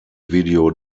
video